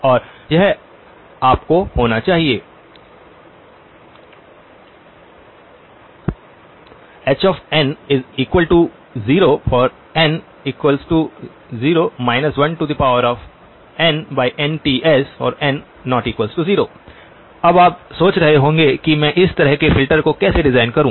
और यह आपको होना चाहिए hn0 n0 1nnTs n≠0 अब आप सोच रहे होंगे कि मैं इस तरह के फिल्टर को कैसे डिजाइन करूं